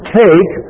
take